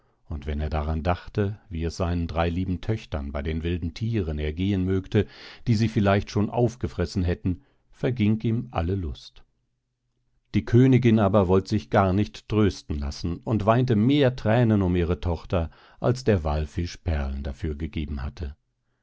und wenn er daran dachte wie es seinen drei lieben töchtern bei den wilden thieren ergehen mögte die sie vielleicht schon aufgefressen hätten verging ihm alle lust die königin aber wollt sich gar nicht trösten lassen und weinte mehr thränen um ihre tochter als der wallfisch perlen dafür gegeben hatte